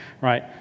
right